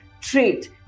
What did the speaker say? trait